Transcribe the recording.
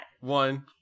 one